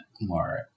more